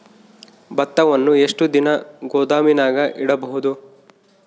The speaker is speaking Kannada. ಭತ್ತವನ್ನು ಎಷ್ಟು ದಿನ ಗೋದಾಮಿನಾಗ ಇಡಬಹುದು?